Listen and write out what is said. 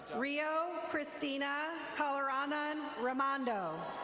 rio christina collarandan romando.